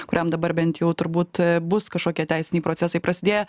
kuriam dabar bent jau turbūt bus kažkokie teisiniai procesai prasidėję